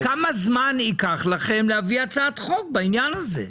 כמה זמן ייקח לכם להביא הצעת חוק בעניין הזה?